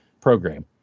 program